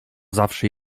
zawsze